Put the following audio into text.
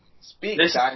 speak